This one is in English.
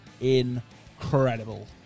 incredible